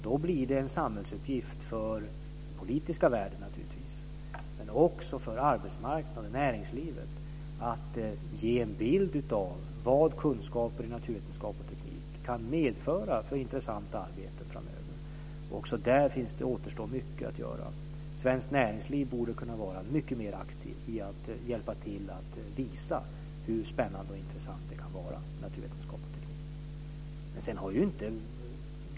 Då blir det en samhällsuppgift för den politiska världen naturligtvis men också för arbetsmarknaden och näringslivet att ge en bild av vad kunskaper i naturvetenskap och teknik kan medföra för intressanta arbeten framöver. Också där återstår mycket att göra. Svenskt näringsliv borde kunna vara mycket mera aktivt i att hjälpa till att visa hur spännande och intressant det kan vara med naturvetenskap och teknik.